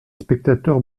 spectateurs